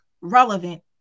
Relevant